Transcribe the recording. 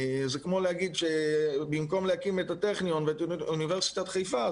זה כמו להגיד שבמקום להקים את הטכניון ואת אוניברסיטת חיפה,